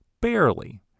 barely